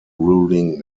ruling